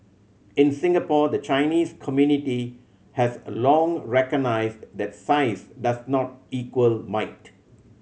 in Singapore the Chinese community has a long recognised that size does not equal might